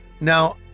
Now